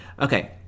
Okay